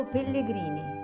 Pellegrini